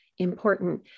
Important